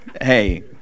hey